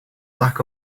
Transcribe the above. lack